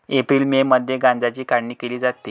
April May मध्ये गांजाची काढणी केली जाते